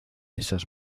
esas